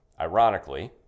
ironically